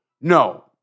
No